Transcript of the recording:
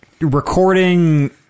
Recording